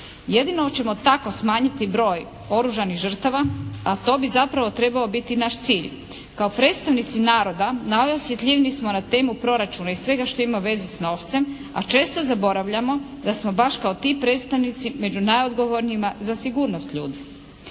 Jedino ćemo tako smanjiti broj oružanih žrtava, a to bi zapravo trebao biti naš cilj. Kao predstavnici naroda najosjetljiviji smo na temu proračuna i svega što ima veze s novcem, a često zaboravljamo da smo baš kao ti predstavnici među najodgovornijima za sigurnost ljudi.